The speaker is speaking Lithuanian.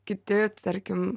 kiti tarkim